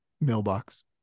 mailbox